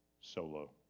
solo